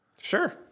Sure